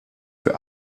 für